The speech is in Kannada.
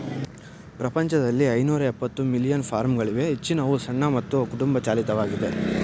ಪ್ರಪಂಚದಲ್ಲಿ ಐನೂರಎಪ್ಪತ್ತು ಮಿಲಿಯನ್ ಫಾರ್ಮ್ಗಳಿವೆ ಹೆಚ್ಚಿನವು ಸಣ್ಣ ಮತ್ತು ಕುಟುಂಬ ಚಾಲಿತವಾಗಿದೆ